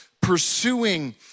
pursuing